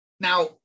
Now